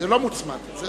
הסכמת קואליציה.